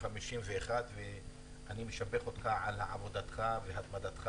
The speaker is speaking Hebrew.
51 ואני משבח אותך על עבודתך והתמדתך